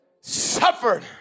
suffered